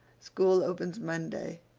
school opens monday.